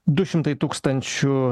du šimtai tūkstančių